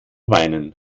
weinen